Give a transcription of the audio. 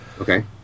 Okay